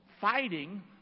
fighting